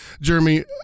Jeremy